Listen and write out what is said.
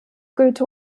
goethe